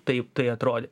taip tai atrodė